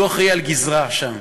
והוא אחראי לגזרה שם.